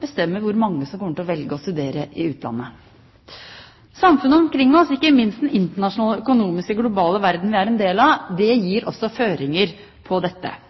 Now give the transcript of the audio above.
bestemmer hvor mange som kommer til å velge å studere i utlandet. Samfunnet omkring oss, ikke minst den internasjonale, økonomiske og globale verden vi er en del av, gir også føringer på dette.